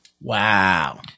Wow